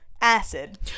acid